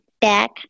back